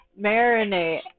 marinate